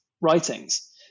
writings